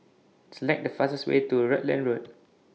Select The fastest Way to Rutland Road